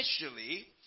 initially